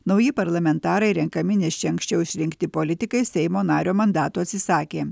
nauji parlamentarai renkami nes čia anksčiau išrinkti politikai seimo nario mandato atsisakė